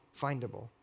findable